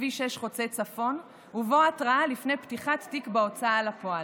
כביש 6 חוצה צפון ובו התראה לפני פתיחת תיק בהוצאה לפועל.